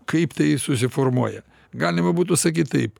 kaip tai susiformuoja galima būtų sakyt taip